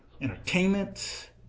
entertainment